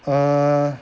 err